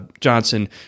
Johnson